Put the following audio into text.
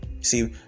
see